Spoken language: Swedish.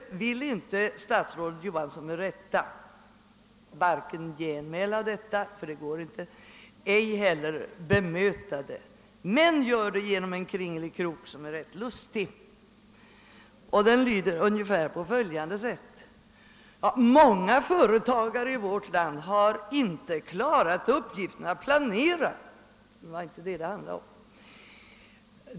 Statsrådet Johansson vill inte — med rätta — bemöta detta ty det går inte. Men han gör det ändå genom en »kringelikrok», som är ganska lustig. Den lyder ungefär på följande sätt: Många företagare i vårt land har inte klarat uppgiften att planera — det var nu inte detta saken gällde.